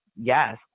yes